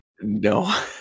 no